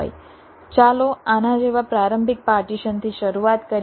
ચાલો આના જેવા પ્રારંભિક પાર્ટીશનથી શરૂઆત કરીએ